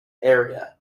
area